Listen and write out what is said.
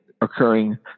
occurring